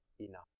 enough